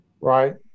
right